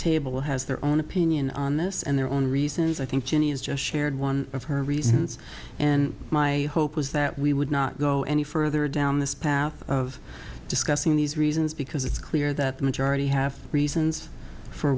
table has their own opinion on this and their own reasons i think cheney is just shared one of her reasons and my hope was that we would not go any further down this path of discussing these reasons because it's clear that the majority have reasons for